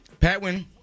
Patwin